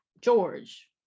george